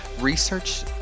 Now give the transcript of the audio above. Research